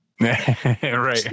Right